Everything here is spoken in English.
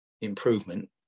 improvement